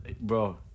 Bro